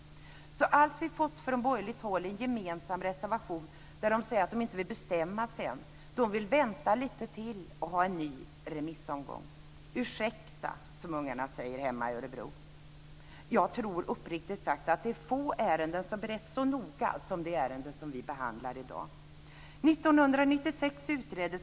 Allt vi fått från borgerligt håll är alltså en gemensam reservation där man säger att man inte vill bestämma sig än. Man vill vänta lite till och ha en ny remissomgång. Ursäkta, som ungarna hemma i Örebro säger, men jag tror, uppriktigt sagt, att det är få ärenden som beretts så noga som det ärende som vi nu behandlar.